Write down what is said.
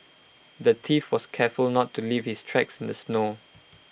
the thief was careful to not leave his tracks in the snow